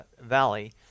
valley